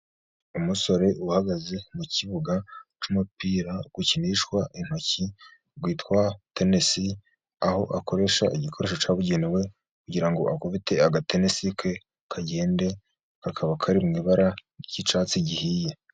Umusore uhagaze mu kibuga cy'umupira ukinishwa intoki, witwa tenesi, aho akoresha igikoresho cyabugenewe, kugira ngo akubite agatenesi ke kagende, kakaba kari mu ibara ry'icyatsi gihiye.